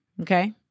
Okay